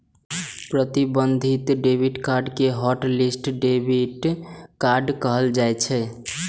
प्रतिबंधित debit card कें hotlist debit card कहल जाइ छै